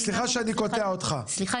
סליחה שאני קוטע אותך --- סליחה,